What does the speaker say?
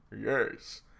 Yes